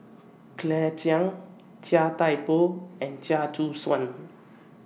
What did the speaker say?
Claire Chiang Chia Thye Poh and Chia Choo Suan